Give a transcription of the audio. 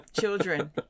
children